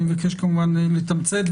אני מבקש כמובן לתמצת,